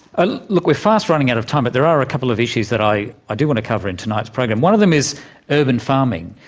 ah look, look, we're fast running out of time, but there are a couple of issues that i i do want to cover in tonight's program. one of them is urban farming.